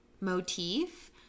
motif